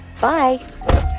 bye